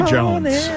Jones